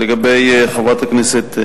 לגבי חברת הכנסת מיכאלי,